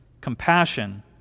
Compassion